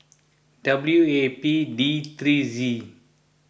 W A P D three Z